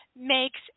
makes